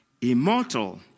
immortal